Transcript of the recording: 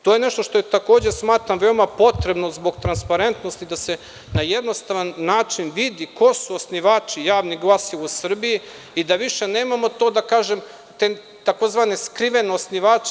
To je nešto što je, takođe smatram, veoma potrebno zbog transparentnosti, da se na jednostavan način vidi ko su osnivači javnih glasila u Srbiji i da više nemamo te, da tako kažem, takozvane skrivene osnivače.